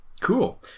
cool